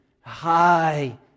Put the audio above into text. high